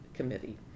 committee